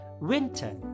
Winter